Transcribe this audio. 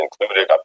included